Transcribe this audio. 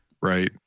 Right